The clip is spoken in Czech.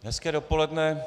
Hezké dopoledne.